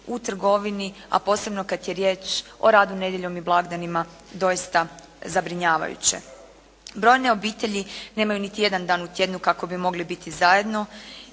u trgovini, a posebno kad je riječ o radu nedjeljom i blagdanima doista zabrinjavajuće. Brojne obitelji nemaju niti jedan u tjednu kako bi mogli biti zajedno